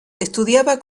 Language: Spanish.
estudiaba